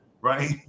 right